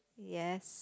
yes